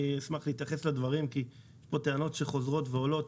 אני אשמח להתייחס לדברים כי הועלו כאן טענות שחוזרות ועולות